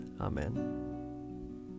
Amen